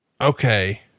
okay